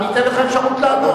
אני אתן לך אפשרות לענות.